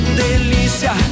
delícia